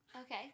Okay